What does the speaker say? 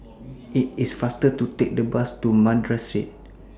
IT IS faster to Take The Bus to Madras Street